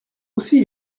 aussi